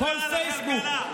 כל פייסבוק,